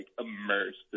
immersed